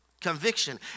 conviction